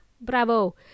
Bravo